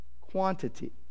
Quantity